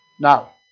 Now